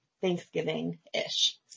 Thanksgiving-ish